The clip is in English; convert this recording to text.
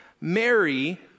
Mary